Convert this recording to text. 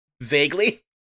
vaguely